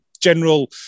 general